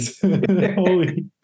Holy